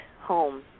home